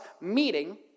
meeting